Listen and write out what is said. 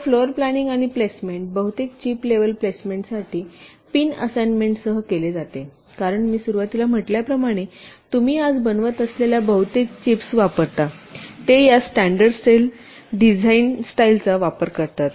तर floor planning आणि placement बहुतेक चिप लेव्हल प्लेसमेंटसाठी पिन असाइनमेंटसह केले जाते कारण मी सुरुवातीला म्हटल्याप्रमाणे तुम्ही आज बनवत असलेल्या बहुतेक चिप्स वापरतात ते या स्टॅंडर्ड सेल डिझाईन स्टाईलचा वापर करतात